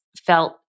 felt